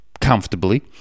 comfortably